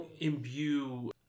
imbue